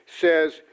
says